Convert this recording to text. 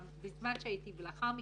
גם בזמן שהייתי וגם לאחר מכן,